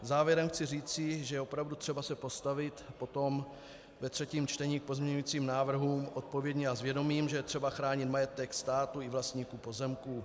Závěrem chci říci, že je opravdu třeba se postavit potom ve třetím čtení k pozměňujícím návrhům odpovědně a s vědomím, že je potřeba chránit majetek státu i vlastníků pozemků.